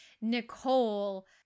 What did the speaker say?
Nicole